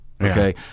okay